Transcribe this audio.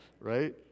Right